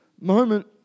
moment